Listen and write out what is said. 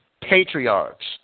patriarchs